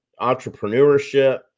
entrepreneurship